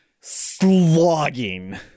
slogging